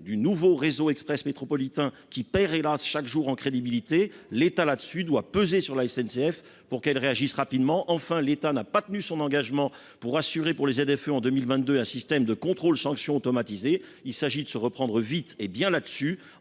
du nouveau réseau express métropolitain, qui perd chaque jour en crédibilité. L'État doit peser sur la SNCF pour qu'elle réagisse rapidement. Ce dernier n'a pas tenu son engagement d'assurer aux ZFE, en 2022, un système de contrôle-sanction automatisé. Il faut se reprendre vite et bien,